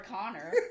Connor